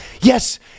yes